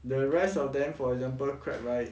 the rest of them for example crab right